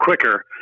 quicker